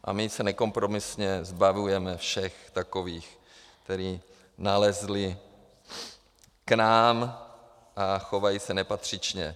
A my se nekompromisně zbavujeme všech takových, kteří nalezli k nám a chovají se nepatřičně.